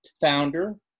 founder